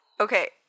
Okay